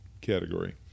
category